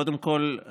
קודם כול,